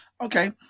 okay